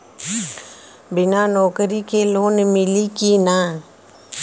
बिना नौकरी के लोन मिली कि ना?